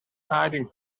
hiding